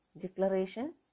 declaration